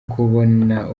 kubona